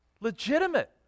legitimate